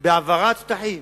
בהעברת שטחים